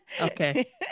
okay